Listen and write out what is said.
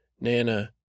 nana